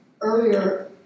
earlier